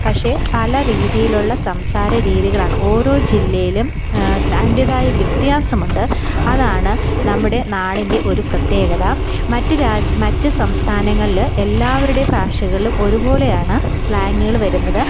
പക്ഷേ പല രീതിയിലുള്ള സംസാര രീതികളാണ് ഓരോ ജില്ലയിലും തൻ്റേതായ വ്യത്യാസമുണ്ട് അതാണ് നമ്മുടെ നാടിൻ്റെ ഒരു പ്രത്യേകത മറ്റു രാജ് മറ്റു സംസ്ഥാനങ്ങളിൽ എല്ലാവരുടേയും ഭാഷകളും ഒരുപോലെയാണ് സ്ലാങ്ങുകൾ വരുന്നത്